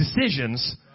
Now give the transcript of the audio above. decisions